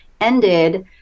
ended